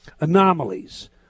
anomalies